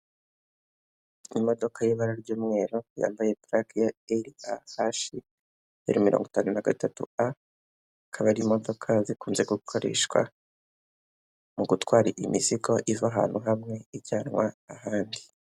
imodoka y'ibara ry'umweru yambaye plaque ya RAH053A akaba ari imodoka zikunze gukoreshwa mu gutwara imizigo iva ahantu hamwe ijyanwa ahandi